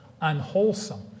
unwholesome